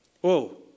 Whoa